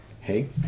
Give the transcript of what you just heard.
Hey